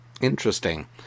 Interesting